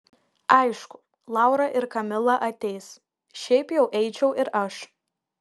aišku laura ir kamila ateis šiaip jau eičiau ir aš